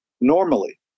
normally